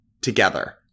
together